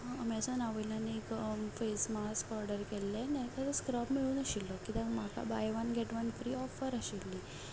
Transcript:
एमेझोना वयल्यान एक face mask order केल्लें ताका स्क्रब मेळुनाशिल्लो म्हाका buy one get one free offer आशिल्ली